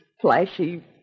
flashy